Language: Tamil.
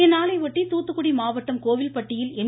இந்நாளையொட்டி தூத்துக்குடி மாவட்டம் கோவில்பட்டியில் எம்